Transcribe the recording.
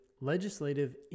legislative